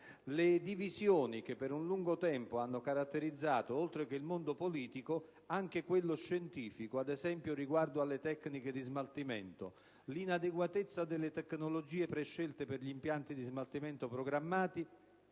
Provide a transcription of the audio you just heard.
le divisioni che, per un lungo tempo, hanno caratterizzato oltre che il mondo politico anche quello scientifico, riguardo - ad esempio - le tecniche di smaltimento; l'inadeguatezza delle tecnologie prescelte per gli impianti di smaltimento programmati